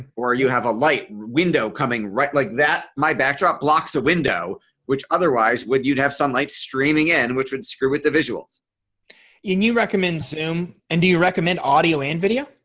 or you have a light window coming right like that my backdrop blocks a window which otherwise would you'd have sunlight streaming in which would screw with the visuals you knew recommend zoom and do you recommend audio and video.